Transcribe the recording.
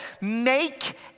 make